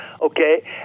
Okay